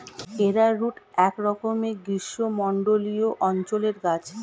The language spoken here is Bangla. অ্যারারুট একরকমের গ্রীষ্মমণ্ডলীয় অঞ্চলের গাছ